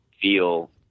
feel